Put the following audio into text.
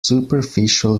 superficial